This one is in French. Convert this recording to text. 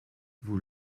vous